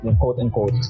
quote-unquote